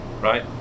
right